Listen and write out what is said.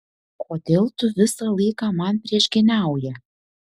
kodėl tu visą laiką man priešgyniauji